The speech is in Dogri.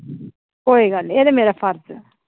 कोई गल्ल नेईं एह् ते मेरा फर्ज ऐ